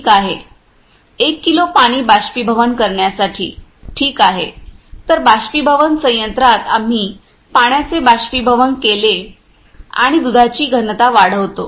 ठीक आहे 1 किलो पाणी बाष्पीभवन करण्यासाठी ठीक आहे तर बाष्पीभवन संयंत्रात आम्ही पाण्याचे बाष्पीभवन केले आणि दुधाची घनता वाढवतो